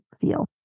feel